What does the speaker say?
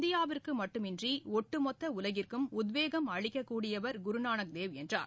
இந்தியாவிற்குமட்டுமின்றிஒட்டுமொத்தஉலகிற்கும் உத்வேகம் அளிக்கக் கூடியவர் குருநானக் தேவ் என்றார்